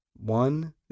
One